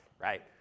right